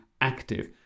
active